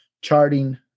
charting